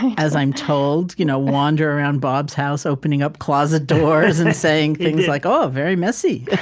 as i'm told, you know wander around bob's house, opening up closet doors and saying things like, oh, very messy.